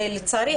ולצערי,